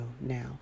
now